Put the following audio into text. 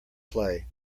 play